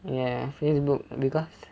ya facebook because